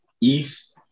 East